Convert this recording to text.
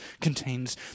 contains